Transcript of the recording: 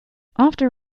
after